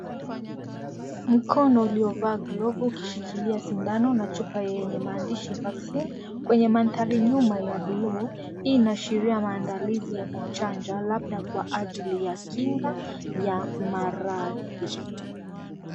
Mkono uliovaa glovu ukishikilia sindano na chupa yenye maandishi vaccine kwenye mandhari nyuma ya buluu. Hii inaashiria maandalizi ya kuchanja labda kwa ajili ya kinga ya maradhi.